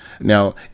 Now